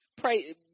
pray